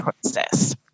process